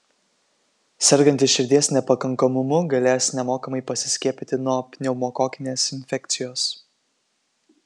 sergantys širdies nepakankamumu galės nemokamai pasiskiepyti nuo pneumokokinės infekcijos